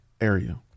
area